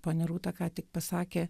ponia rūta ką tik pasakė